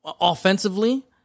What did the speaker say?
offensively